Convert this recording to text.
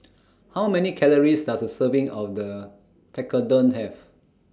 How Many Calories Does A Serving of The Tekkadon Have